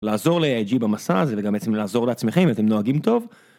לעזור לג'י במסע הזה וגם בעצם לעזור לעצמכם אם אתם נוהגים טוב.